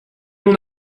mon